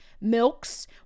milks